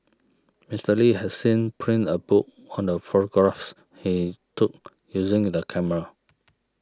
Mister Li has seen printed a book on the photographs he took using the camera